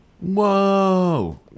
Whoa